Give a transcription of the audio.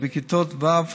בכיתות ו',